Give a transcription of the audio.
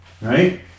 right